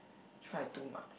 try too much